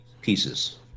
pieces